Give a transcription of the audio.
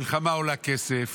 מלחמה עולה כסף,